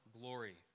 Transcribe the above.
glory